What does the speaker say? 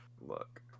Look